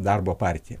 darbo partiją